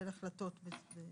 החלטות.